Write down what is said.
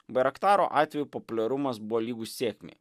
bairaktaro atveju populiarumas buvo lygus sėkmei